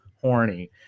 horny